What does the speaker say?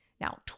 Now